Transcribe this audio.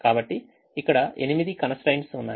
కాబట్టి ఇక్కడ 8 constraints ఉన్నాయి